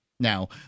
Now